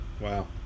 Wow